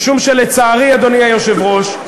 משום שלצערי, אדוני היושב-ראש,